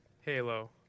Halo